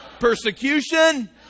persecution